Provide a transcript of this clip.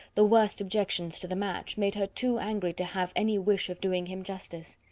the worst objections to the match, made her too angry to have any wish of doing him justice.